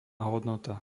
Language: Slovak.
hodnota